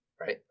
right